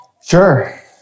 Sure